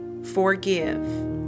forgive